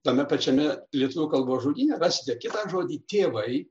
tame pačiame lietuvių kalbos žodyne rasite kitą žodį tėvai